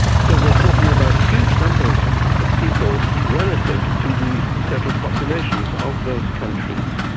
so we are talking about huge numbers of people relative to the settled populations of those countries.